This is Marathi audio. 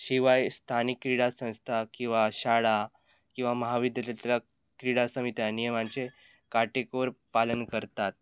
शिवाय स्थानिक क्रीडा संस्था किंवा शाळा किंवा महाविद्यालयातील क्रीडा समित्या नियमांचे काटेकोर पालन करतात